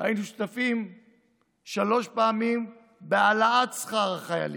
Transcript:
היינו שותפים שלוש פעמים בהעלאת שכר החיילים.